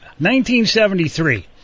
1973